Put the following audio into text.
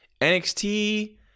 NXT